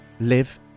live